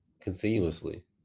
continuously